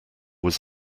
was